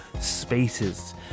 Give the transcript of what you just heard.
spaces